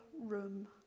room